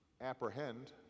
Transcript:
apprehend